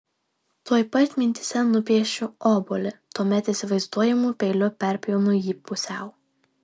tuoj pat mintyse nupiešiu obuolį tuomet įsivaizduojamu peiliu perpjaunu jį pusiau